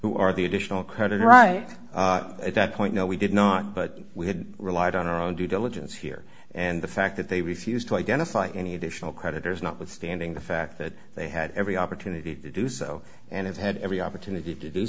who are the additional credit right at that point no we did not but we had relied on our own due diligence here and the fact that they refused to identify any additional creditors notwithstanding the fact that they had every opportunity to do so and it had every opportunity to do